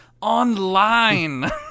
online